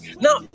Now